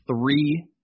three